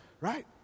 right